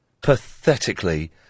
pathetically